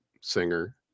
singer